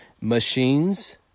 machines